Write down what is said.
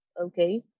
okay